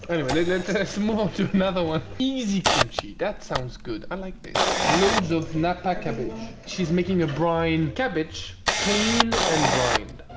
anyway let's move onto another one. easy kimchi. that sounds good, i like that this. loads of napa cabbage. she's making a brine. cabbage. clean and brine. and